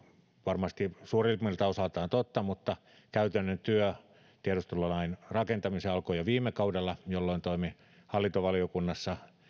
varmasti suurimmalta osaltaan totta mutta käytännön työ tiedustelulain rakentamiseen alkoi jo viime kaudella jolloin toimin hallintovaliokunnassa